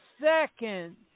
second